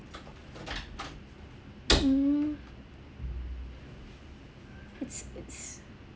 mm it's it's